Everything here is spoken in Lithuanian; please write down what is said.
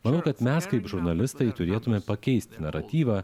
manau kad mes kaip žurnalistai turėtume pakeisti naratyvą